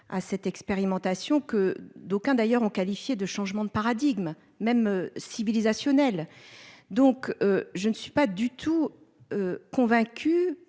de cette expérimentation, que d'aucuns ont d'ailleurs qualifiée de changement de paradigme, peut-être même civilisationnel. Je ne suis pas du tout convaincue